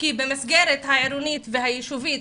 כי במסגרת העירונית והיישובית